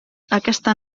aquesta